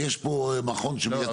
ויש פה מכון שמייצג,